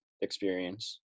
experience